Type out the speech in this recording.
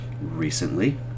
recently